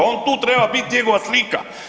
On tu treba biti njegova slika.